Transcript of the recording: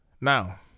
Now